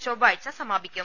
ചൊവ്വാഴ്ച സമാപിക്കും